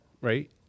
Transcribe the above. right